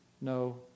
no